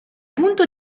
punto